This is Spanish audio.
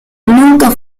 nunca